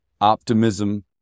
optimism